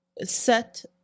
set